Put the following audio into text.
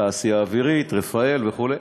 התעשייה האווירית, רפא"ל וכו'.